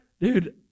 dude